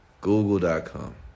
Google.com